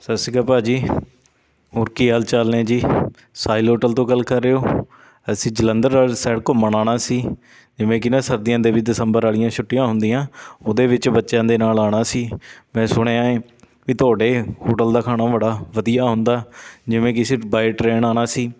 ਸਤਿ ਸ਼੍ਰੀ ਅਕਾਲ ਭਾਅ ਜੀ ਹੋਰ ਕੀ ਹਾਲ ਚਾਲ ਨੇ ਜੀ ਸਾਹਿਲ ਹੋਟਲ ਤੋਂ ਗੱਲ ਕਰ ਰਹੇ ਹੋ ਅਸੀਂ ਜਲੰਧਰ ਸਾਇਡ ਘੁੰਮਣ ਆਉਣਾ ਸੀ ਜਿਵੇਂ ਕਿ ਨਾ ਸਰਦੀਆਂ ਦੇ ਵਿੱਚ ਦਸੰਬਰ ਵਾਲੀਆਂ ਛੁੱਟੀਆਂ ਹੁੰਦੀਆਂ ਉਹਦੇ ਵਿੱਚ ਬੱਚਿਆਂ ਦੇ ਨਾਲ ਆਉਣਾ ਸੀ ਮੈਂ ਸੁਣਿਆ ਹੈ ਵੀ ਤੁਹਾਡੇ ਹੋਟਲ ਦਾ ਖਾਣਾ ਬੜਾ ਵਧੀਆ ਹੁੰਦਾ ਜਿਵੇਂ ਕਿ ਅਸੀਂ ਬਾਏ ਟਰੇਨ ਆਉਣਾ ਸੀ